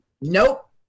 Nope